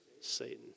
Satan